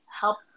help